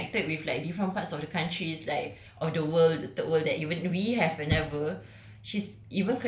ya she's connected with like different parts of the countries like of the world the third world that even we have never